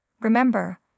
Remember